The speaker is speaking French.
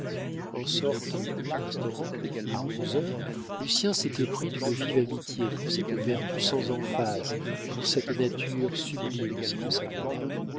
en sortant du restaurant à onze heures lucien s'était pris d'une vive amitié pour cette vertu sans emphase pour cette nature sublime sans le savoir